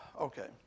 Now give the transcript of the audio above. Okay